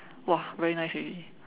!wah! very nice already